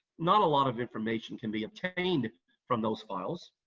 not a lot of information can be obtained from those files.